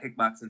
kickboxing